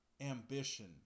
ambition